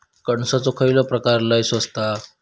कणसाचो खयलो प्रकार लय स्वस्त हा?